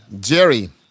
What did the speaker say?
Jerry